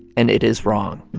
and it is wrong.